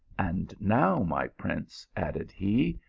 and now, my prince, added he,